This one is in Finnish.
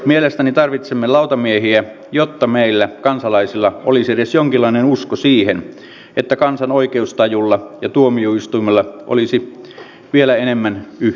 mielestäni tarvitsemme lautamiehiä jotta meillä kansalaisilla olisi edes jonkinlainen usko siihen että kansan oikeustajulla ja tuomioistuimella olisi vielä enemmän yhteistä